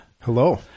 Hello